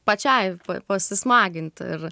pačiai pasismaginti ir